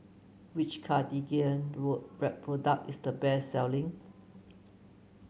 which Cartigain product is the best selling